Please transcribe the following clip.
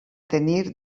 tenir